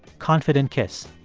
confident kiss.